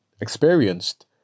experienced